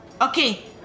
Okay